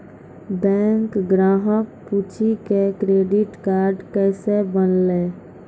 Bank ग्राहक पुछी की क्रेडिट कार्ड केसे बनेल?